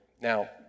Now